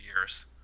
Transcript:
years